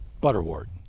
butterwort